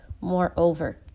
moreover